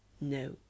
No